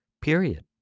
Period